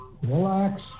relax